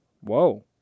Whoa